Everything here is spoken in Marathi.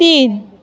तीन